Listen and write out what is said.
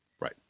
right